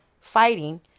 fighting